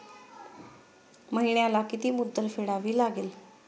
महिन्याला किती मुद्दल फेडावी लागेल?